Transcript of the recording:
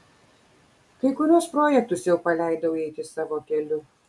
kai kuriuos projektus jau paleidau eiti savo keliu